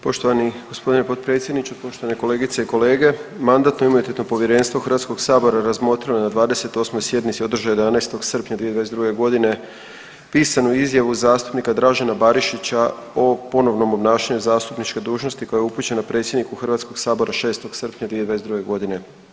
Poštovani gospodine potpredsjedniče, poštovane kolegice i kolege, Mandatno-imunitetno povjerenstvo Hrvatskog sabora razmotrilo je na 28. sjednici održanoj 11. srpnja 2022. godine pisanu izjavu zastupnika Dražena Barišića o ponovnom obnašanju zastupničke dužnosti koja je upućena predsjedniku Hrvatskog sabora 6. srpnja 2022. godine.